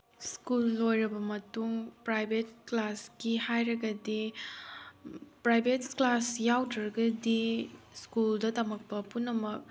school ꯂꯣꯏꯔꯕ ꯃꯇꯨꯡ private ꯀ꯭ꯂꯥꯁꯀꯤ ꯍꯥꯏꯔꯒꯗꯤ ꯄ꯭ꯔꯥꯏꯚꯦꯠ ꯀ꯭ꯂꯥꯁ ꯌꯥꯎꯗ꯭ꯔꯒꯗꯤ ꯁ꯭ꯀꯨꯜꯗ ꯇꯝꯃꯛꯄ ꯄꯨꯝꯅꯃꯛ